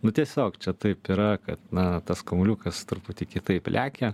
nu tiesiog čia taip yra kad na tas kamuoliukas truputį kitaip lekia